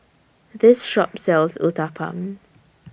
This Shop sells Uthapam